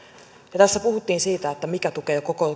ja kun tässä puhuttiin siitä mikä tukee